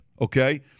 okay